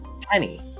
Penny